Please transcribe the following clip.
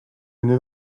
neuf